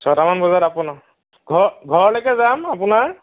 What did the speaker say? ছয়টামান বজাত আপোনাৰ ঘৰ ঘৰলৈকে যাম আপোনাৰ